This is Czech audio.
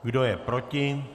Kdo je proti?